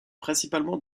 principalement